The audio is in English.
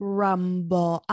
rumble